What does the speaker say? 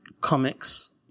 comics